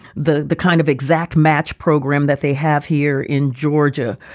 the the kind of exact match program that they have here in georgia,